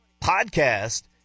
podcast